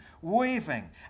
waving